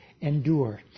endure